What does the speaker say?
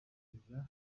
biba